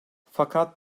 fakat